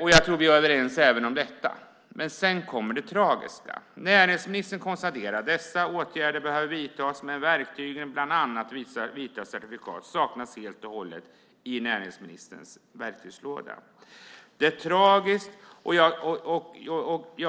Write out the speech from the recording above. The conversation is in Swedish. Jag tror att vi är överens även om detta. Men sedan kommer det tragiska. Näringsministern konstaterar att dessa åtgärder behöver vidtas, men verktyget vita certifikat saknas helt och hållet i näringsministerns verktygslåda. Det är tragiskt. Jag